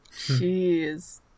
Jeez